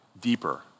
deeper